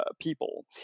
people